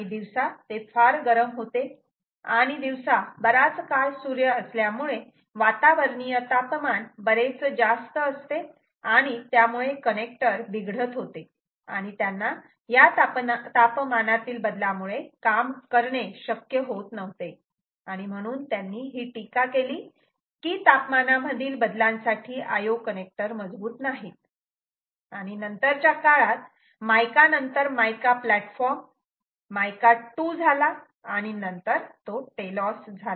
दिवसा ते फार गरम होते आणि दिवसा बराच काळ सूर्य असल्यामुळे वातावरणीय तापमान बरेच जास्त असते आणि त्यामुळे कनेक्टर बिघडत होते आणि त्यांना या तापमानातील बदलामुळे काम करणे शक्य होत नव्हते आणि म्हणून त्यांनी टीका केली की तापमानामधील बदलांसाठी IO कनेक्टर IO connector मजबूत नाहीत आणि नंतरच्या काळात मायका नंतर मायका प्लॅटफॉर्म मायका 2 झाला आणि नंतर टेलोस झाला